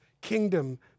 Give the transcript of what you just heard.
kingdom